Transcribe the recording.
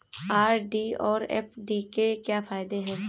RD और FD के क्या फायदे हैं?